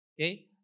Okay